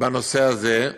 בנושא הזה.